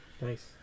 Nice